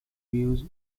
views